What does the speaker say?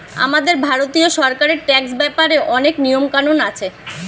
আমাদের ভারতীয় সরকারের ট্যাক্স ব্যাপারে অনেক নিয়ম কানুন আছে